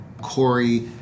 Corey